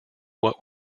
what